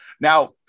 Now